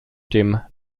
dem